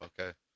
okay